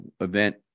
event